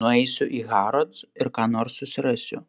nueisiu į harrods ir ką nors susirasiu